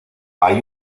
hay